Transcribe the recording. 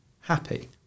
happy